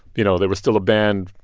you know, they were still a band,